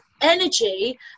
energy